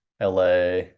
LA